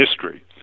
history